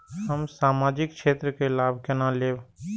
हम सामाजिक क्षेत्र के लाभ केना लैब?